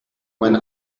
when